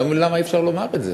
למה אי-אפשר לומר את זה